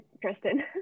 Kristen